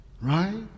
right